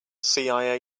cia